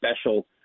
special